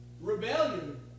Rebellion